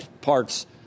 parts